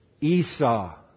Esau